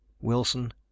Wilson